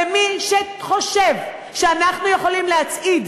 ומי שחושב שאנחנו יכולים להצעיד